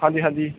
ਹਾਂਜੀ ਹਾਂਜੀ